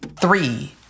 Three